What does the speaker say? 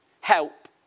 help